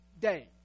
day